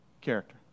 Character